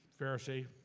Pharisee